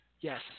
Yes